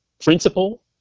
principle